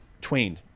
twain